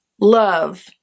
love